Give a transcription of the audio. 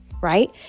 Right